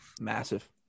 Massive